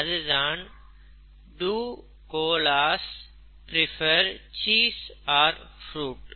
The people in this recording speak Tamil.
அது தான் "do koalas prefer cheese or fruit"